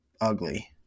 ugly